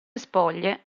spoglie